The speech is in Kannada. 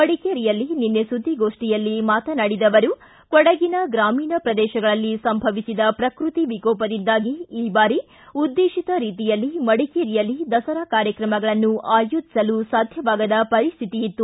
ಮಡಿಕೇರಿಯಲ್ಲಿ ನಿನ್ನೆ ಸುದ್ದಿಗೋಷ್ಠಿಯಲ್ಲಿ ಮಾತನಾಡಿದ ಅವರು ಕೊಡಗಿನ ಗ್ರಾಮೀಣ ಪ್ರದೇಶಗಳಲ್ಲಿ ಸಂಭವಿಸಿದ ಪ್ರಕೃತ್ತಿ ವಿಕೋಪದಿಂದಾಗಿ ಈ ಬಾರಿ ಉದ್ದೇಶಿತ ರೀತಿಯಲ್ಲಿ ಮಡಿಕೇರಿಯಲ್ಲಿ ದಸರಾ ಕಾರ್ಯಕ್ರಮಗಳನ್ನು ಆಯೋಜಿಸಲು ಸಾಧ್ಯವಾಗದ ಪರಿಸ್ಥಿತಿಯಿತ್ತು